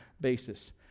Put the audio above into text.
basis